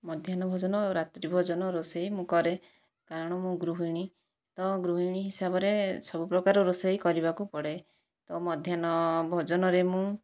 ମଧ୍ୟାହ୍ନ ଭୋଜନ ଓ ରାତ୍ରି ଭୋଜନ ରୋଷେଇ ମୁଁ କରେ କାରଣ ମୁଁ ଗୃହିଣୀ ତ ଗୃହିଣୀ ହିସାବରେ ସବୁପ୍ରକାର ରୋଷେଇ କରିବାକୁ ପଡ଼େ ତ ମଧ୍ୟାହ୍ନ ଭୋଜନରେ ମୁଁ